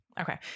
Okay